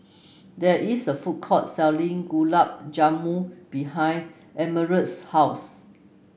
there is a food court selling Gulab Jamun behind Emerald's house